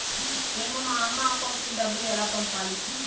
మేము మా అమ్మ అకౌంట్ కి డబ్బులు ఎలా పంపాలి